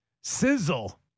sizzle